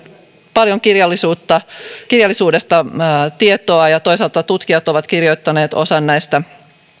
paljon tietoa kirjallisuudesta ja johon toisaalta tutkijat ovat kirjoittaneet osan näistä